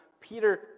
Peter